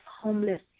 homeless